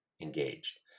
engaged